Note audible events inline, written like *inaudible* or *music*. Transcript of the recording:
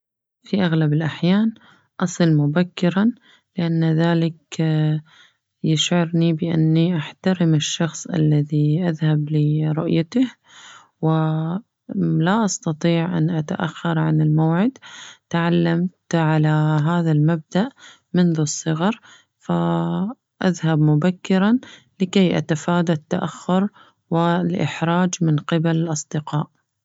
في أغلب الأحيان أصل مبكراً لأن ذلك يشعرني بأني أحترم الشخص الذي أذهب لرؤيته و *hesitation* لا أستطيع أن أتاخر عن الموعد تعلمت على هذا المبدأ منذ الصغر فأذهب مبكراً لكي أتفادى التأخر والإحراج من قبل الأصدقاء.